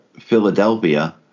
Philadelphia